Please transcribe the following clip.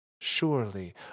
surely